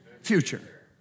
future